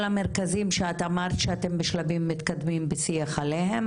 המרכזים שאת אמרת שאתם בשלבים מתקדמים בשיח עליהם,